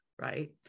right